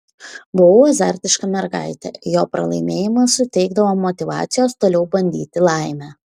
buvau azartiška mergaitė jo pralaimėjimas suteikdavo motyvacijos toliau bandyti laimę